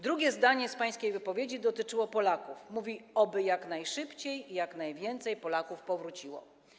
Drugie zdanie z pańskiej wypowiedzi dotyczyło Polaków: Oby jak najszybciej i jak najwięcej Polaków powróciło.